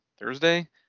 Thursday